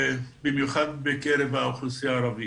במיוחד בקרב האוכלוסייה הערבית.